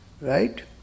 Right